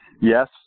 Yes